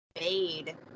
made –